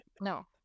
no